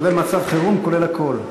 כולל מצב חירום וכולל הכול.